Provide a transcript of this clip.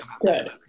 Good